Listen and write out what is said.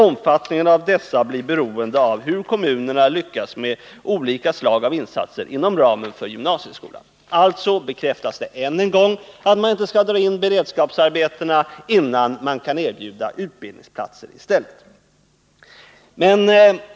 Omfattningen av dessa blir beroende av hur kommunerna lyckas med olika slag av insatser inom ramen för gymnasieskolan.” Än en gång bekräftas alltså att beredskapsarbetena inte skall dras in förrän utbildningsplatser kan erbjudas i stället.